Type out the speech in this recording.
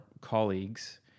colleagues